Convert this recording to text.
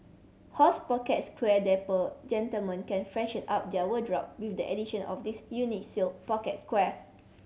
horse pocket square Dapper gentlemen can freshen up their wardrobe with the addition of this unique silk pocket square